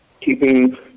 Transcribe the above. keeping